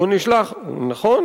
נכון.